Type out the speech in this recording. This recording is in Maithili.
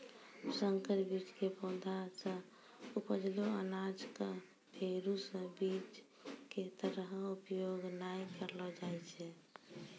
संकर बीज के पौधा सॅ उपजलो अनाज कॅ फेरू स बीज के तरह उपयोग नाय करलो जाय छै